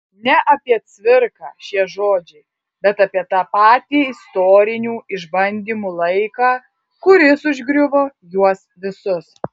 ne apie cvirką šie žodžiai bet apie tą patį istorinių išbandymų laiką kuris užgriuvo juos visus